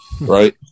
right